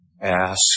Ask